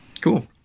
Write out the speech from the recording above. Cool